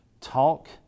talk